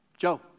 Joe